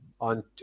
on